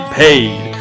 paid